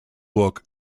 book